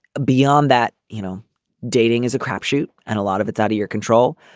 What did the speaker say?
beyond that you know dating is a crapshoot and a lot of it's out of your control.